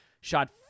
Shot